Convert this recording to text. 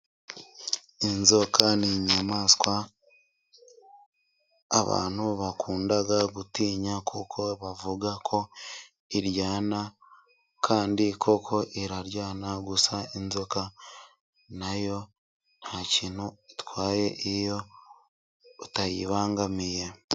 Inzoka ni inyamaswa abantu bakunda gutinya kuko bavuga ko iryana, kandi koko iraryana. Gusa inzoka nayo nta kintu itwaye iyo utayibangamiye.